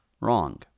Wrong